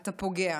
אתה פוגע,